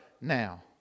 now